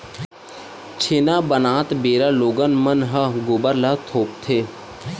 छेना बनात बेरा लोगन मन ह गोबर ल थोपथे